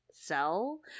sell